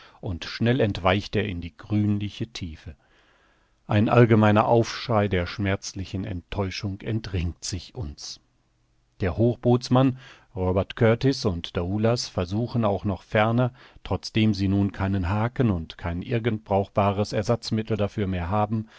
und schnell entweicht er in die grünliche tiefe ein allgemeiner aufschrei der schmerzlichen enttäuschung entringt sich uns der hochbootsmann robert kurtis und daoulas versuchen auch noch ferner trotzdem sie nun keinen haken und kein irgend brauchbares ersatzmittel dafür mehr haben